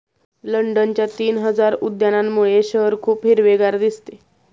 लंडनच्या तीन हजार उद्यानांमुळे शहर खूप हिरवेगार दिसते